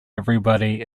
everybody